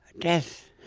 death.